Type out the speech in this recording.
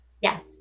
Yes